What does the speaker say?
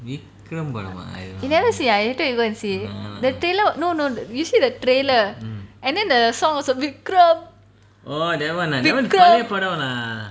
you never see ah later you go and see the trailer no no you see the trailer and then the song was a Vikram Vikram vikram